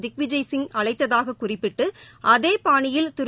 திக்விஜய் சிங் அழைத்ததாக குறிப்பிட்டு அதேபானியில் திரு